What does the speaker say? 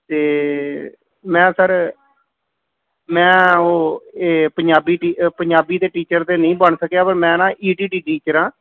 ਅਤੇ ਮੈਂ ਸਰ ਮੈਂ ਉਹ ਇਹ ਪੰਜਾਬੀ ਟੀ ਪੰਜਾਬੀ ਦੇ ਟੀਚਰ ਤਾਂ ਨਹੀਂ ਬਣ ਸਕਿਆ ਪਰ ਮੈਂ ਨਾ ਈ ਟੀ ਟੀ ਟੀਚਰ ਹਾਂ